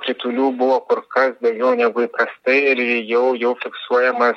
kritulių buvo kur kas daugiau negu įprastai ir jau jau fiksuojamas